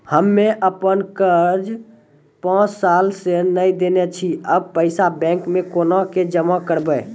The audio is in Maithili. हम्मे आपन कर्जा पांच साल से न देने छी अब पैसा बैंक मे कोना के जमा करबै?